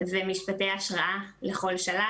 ומשפטי השראה לכל שלב.